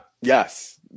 Yes